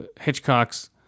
hitchcock's